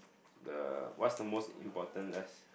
the what's the most important lesson